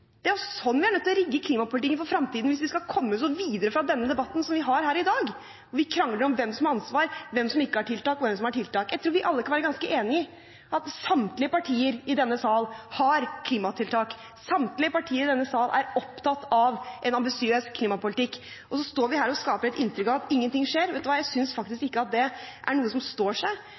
Det er sånn vi er nødt til å rigge klimapolitikken for fremtiden hvis vi skal komme oss noe videre fra denne debatten vi har her i dag, hvor vi krangler om hvem som har ansvar, hvem som ikke har tiltak, og hvem som har tiltak. Jeg tror vi alle kan være ganske enige i at samtlige partier i denne sal har klimatiltak. Samtlige parti i denne sal er opptatt av en ambisiøs klimapolitikk. Så står vi her og skaper et inntrykk av at ingenting skjer – vet du hva, jeg syns faktisk ikke at det er noe som står seg.